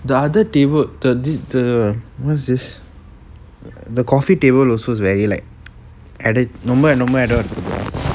the other table the this the what's this the coffee table also is very light add it